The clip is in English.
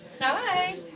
Hi